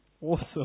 Awesome